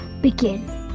Begin